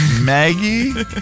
Maggie